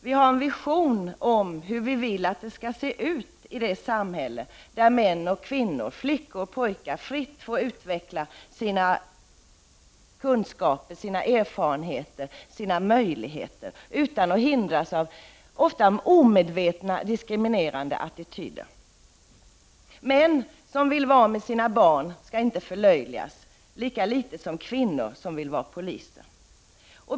Vi har en vision om hur vi vill att det skall se ut i det samhälle där män och kvinnor, flickor och pojkar fritt får utveckla sina kunskaper, sina erfarenheter, sina möjligheter, utan att hindras av ofta omedvetna diskriminerande attityder. Män som vill vara med sina barn skall inte förlöjligas, lika litet som kvinnor som vill vara poliser.